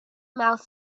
mouse